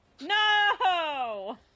No